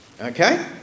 Okay